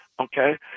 okay